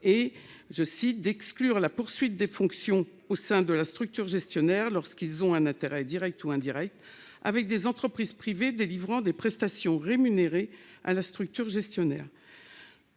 cite d'exclure la poursuite des fonctions au sein de la structure gestionnaire lorsqu'ils ont un intérêt Direct ou indirect avec des entreprises privées délivrant des prestations rémunérées à la structure gestionnaire.